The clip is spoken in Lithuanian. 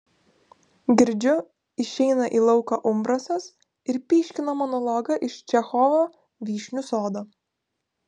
girdžiu išeina į lauką umbrasas ir pyškina monologą iš čechovo vyšnių sodo